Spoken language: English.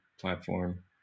platform